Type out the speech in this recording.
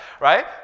right